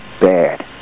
bad